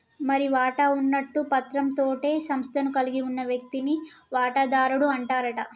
మరి వాటా ఉన్నట్టు పత్రం తోటే సంస్థను కలిగి ఉన్న వ్యక్తిని వాటాదారుడు అంటారట